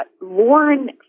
Lauren